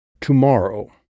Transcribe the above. Tomorrow